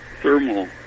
thermal